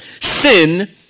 Sin